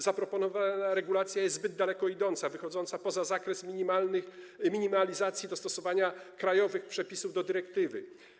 Zaproponowana regulacja jest zbyt daleko idąca, wychodząca poza zakres minimalizacji dostosowania krajowych przepisów do dyrektywy.